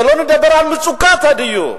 שלא נדבר על מצוקת הדיור.